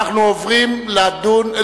כן.